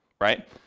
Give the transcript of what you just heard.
right